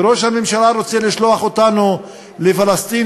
וראש הממשלה רוצה לשלוח אותנו לפלסטין,